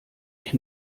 ich